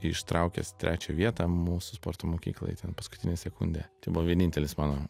ištraukęs trečią vietą mūsų sporto mokyklai ten paskutinę sekundę tai buvo vienintelis mano